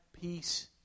peace